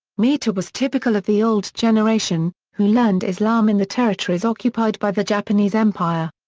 mita was typical of the old generation, who learned islam in the territories occupied by the japanese empire.